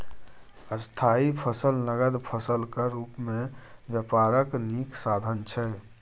स्थायी फसल नगद फसलक रुप मे बेपारक नीक साधन छै